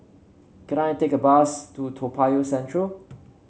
can I take a bus to Toa Payoh Central